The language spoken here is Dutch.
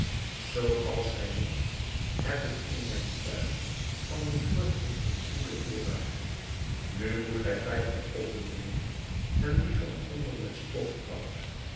zooals gij weet heb ik in mijn tuin van die vruchten een goeden voorraad nu moet gij vijftig potten nemen en die van onder met